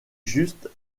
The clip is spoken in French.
juste